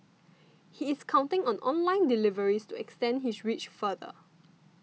he is counting on online deliveries to extend his reach farther